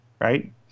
right